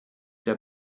der